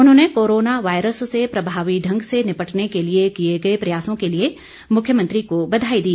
उन्होंने corona virus से प्रभावी ढंग से निपटने के लिए किए गए प्रयासों के लिए मुख्यमंत्री को बधाई दी